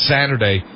Saturday